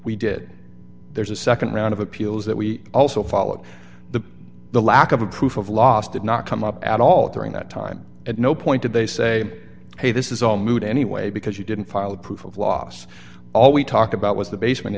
we did there's a nd round of appeals that we also followed the lack of a proof of loss did not come up at all during that time at no point did they say hey this is all moot anyway because you didn't file a proof of loss all we talked about was the basement